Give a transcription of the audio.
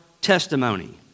testimony